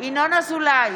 ינון אזולאי,